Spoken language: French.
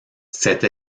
cette